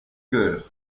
cœur